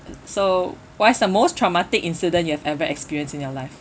so what is the most traumatic incident you have ever experienced in your life